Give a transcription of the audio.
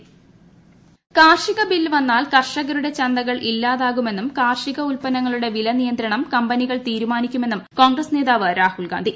രാഹുൽഗാന്ധി കാർഷിക ബില്ല് വന്നാൽ കർഷകരുടെ ചന്തകൾ ഇല്ലാതാകുമെന്നും കാർഷിക ഉൽപ്പന്നങ്ങളുടെ് വില നിയന്ത്രണം കമ്പനികൾ തീരുമാനിക്കുമെന്നും കോ്ൺഗ്രസ് നേതാവ് രാഹുൽ ഗാന്ധി